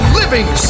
living